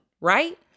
right